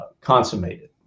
consummated